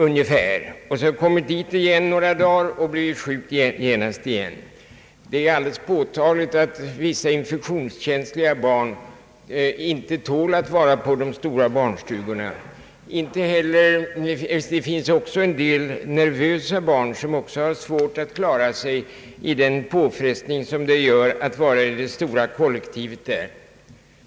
Därefter har detta barn kommit dit några dagar och genast blivit sjukt igen. Det är alldeles påtagligt att vissa infektionskänsliga barn inte tål att vara på de stora barnstugorna. Det finns också en del nervösa barn som har svårt att klara den påfrestning som det innebär att vara i det stora kollektivet.